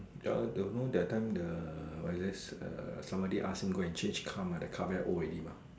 ya don't know that time the what it is err somebody ask him change car mah that car very old already